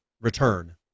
return